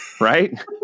right